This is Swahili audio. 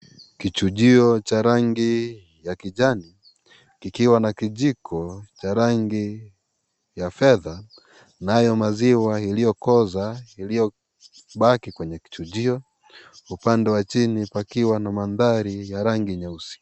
Kichujio cha rangi ya kijani, kikiwa na kijiko cha rangi ya fedha. Nayo maziwa iliyokoza iliyobaki kwenye kichujio. Upande wa chini pakiwa na mandhari ya rangi nyeusi.